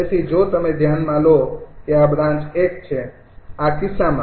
તેથી જો તમે ધ્યાનમાં લો કે આ બ્રાન્ચ ૧ છે આ કિસ્સામાં